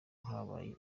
habaye